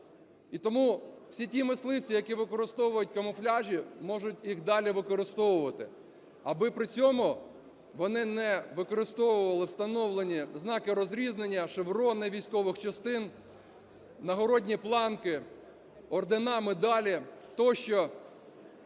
І тому всі ті мисливці, які використовують камуфляжі, можуть їх далі використовувати, аби при цьому вони не використовували встановлені знаки розрізнення, шеврон військових частин, нагородні планки, ордени, медалі тощо